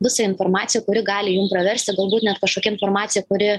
visą informaciją kuri gali jum praversti galbūt net kažkokia informacija kuri